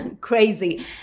Crazy